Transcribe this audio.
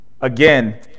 again